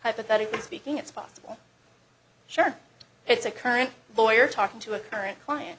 hypothetically speaking it's possible sure it's a current lawyer talking to a current client